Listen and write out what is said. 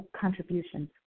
contributions